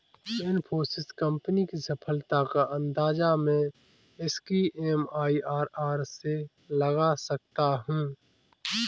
Infosys company की सफलता का अंदाजा मैं इसकी एम.आई.आर.आर से लगा सकता हूँ